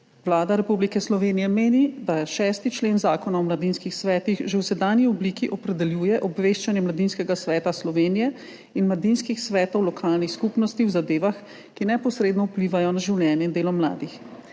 Vlada Republike Slovenije meni, da 6. člen Zakona o mladinskih svetih že v sedanji obliki opredeljuje obveščanje Mladinskega sveta Slovenije in mladinskih svetov lokalnih skupnosti o zadevah, ki neposredno vplivajo na življenje in delo mladih.